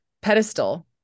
pedestal